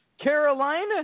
Carolina